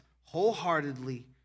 wholeheartedly